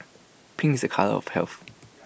pink's A colour of health